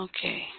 Okay